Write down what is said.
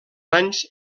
anys